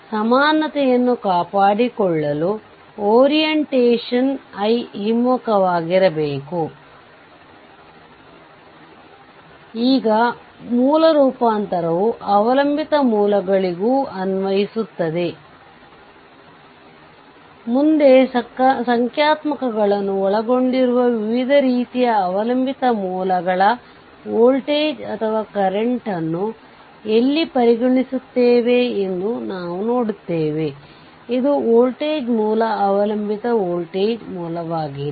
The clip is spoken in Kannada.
ಆದ್ದರಿಂದ ಥೆವೆನಿನ್ ಪ್ರಮೇಯಗಳು ಸರ್ಕ್ಯೂಟ್ ನ್ನು ಸರಳೀಕರಿಸಲು ಸಹಾಯ ಮಾಡುತ್ತದೆ ಮತ್ತು ಸರ್ಕ್ಯೂಟ್ ವಿಶ್ಲೇಷಣೆಯಲ್ಲಿ ಬಹಳ ಮುಖ್ಯವಾಗಿದೆ